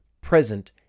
present